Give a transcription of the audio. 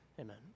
Amen